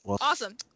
awesome